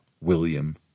William